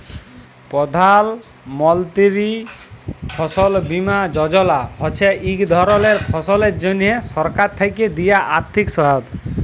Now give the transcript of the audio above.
প্রধাল মলতিরি ফসল বীমা যজলা হছে ইক ধরলের ফসলের জ্যনহে সরকার থ্যাকে দিয়া আথ্থিক সহায়তা